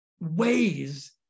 ways